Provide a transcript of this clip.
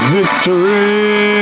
Victory